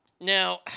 Now